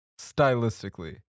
stylistically